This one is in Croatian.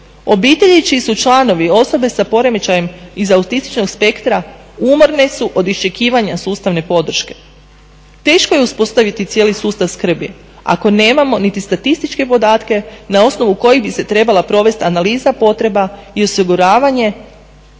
Obitelji čiji su članovi osobe sa poremećajem iz autističnog spektra umorne su od iščekivanja sustavne podrške. Teško je uspostaviti cijeli sustav skrbi ako nemamo niti statističke podatke na osnovu kojih bi se trebala provesti analiza potreba i osiguravanje